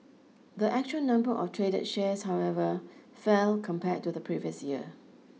the actual number of traded shares however fell compared to the previous year